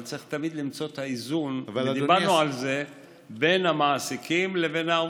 אבל צריך תמיד למצוא את האיזון בין המעסיקים לבין העובדים.